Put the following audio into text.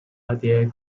蛱蝶